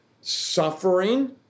suffering